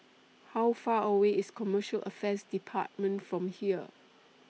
How Far away IS Commercial Affairs department from here